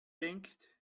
denkt